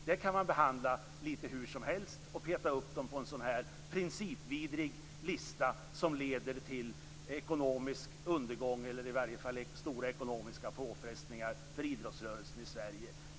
Den kan man behandla lite hur som helst genom att peta upp arrangemang på en sådan principvidrig lista, vilket skulle leda till ekonomisk undergång eller i varje fall stora ekonomiska påfrestningar för idrottsrörelsen i Sverige.